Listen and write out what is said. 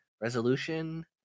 resolution